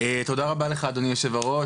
תודה רבה לך אדוני היו"ר,